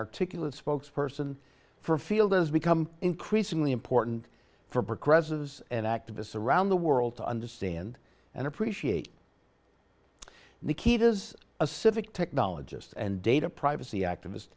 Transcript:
articulate spokesperson for field has become increasingly important for progressive and activists around the world to understand and appreciate the key to a civic technologist and data privacy activist